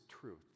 truth